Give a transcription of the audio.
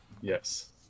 Yes